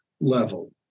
level